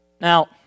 Now